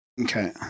Okay